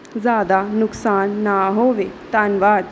ਜ਼ਿਆਦਾ ਨੁਕਸਾਨ ਨਾ ਹੋਵੇ ਧੰਨਵਾਦ